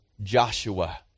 Joshua